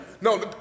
No